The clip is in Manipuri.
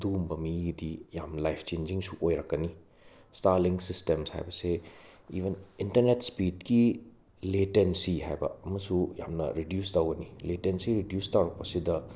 ꯑꯗꯨꯒꯨꯝꯕ ꯃꯤꯒꯤꯗꯤ ꯌꯥꯝ ꯂꯥꯏꯐ ꯆꯦꯟꯖꯤꯡꯁꯨ ꯑꯣꯏꯔꯛꯀꯅꯤ ꯁ꯭ꯇꯥꯔꯂꯤꯡ꯭ꯀ ꯁꯤꯁꯇꯦꯝ ꯍꯥꯏꯕꯁꯦ ꯏꯚꯟ ꯏꯟꯇꯔꯅꯦꯠ ꯁ꯭ꯄꯤꯗꯀꯤ ꯂꯦꯇꯦꯟꯁꯤ ꯍꯥꯏꯕ ꯑꯃꯁꯨ ꯌꯥꯝꯅ ꯔꯤꯗ꯭ꯌꯨꯁ ꯇꯧꯒꯅꯤ ꯂꯦꯇꯦꯟꯁꯤ ꯔꯤꯗ꯭ꯌꯨꯁ ꯇꯧꯔꯛꯄꯁꯤꯗ